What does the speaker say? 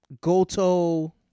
Goto